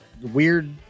weird